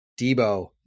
Debo